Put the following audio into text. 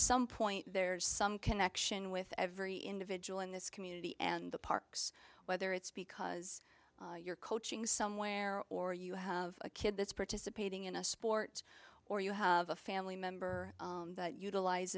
some point there's some connection with every individual in this community and the parks whether it's because you're coaching somewhere or you have a kid that's participating in a sport or you have a family member that utilize